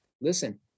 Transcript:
listen